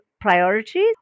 priorities